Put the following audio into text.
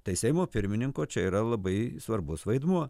tai seimo pirmininko čia yra labai svarbus vaidmuo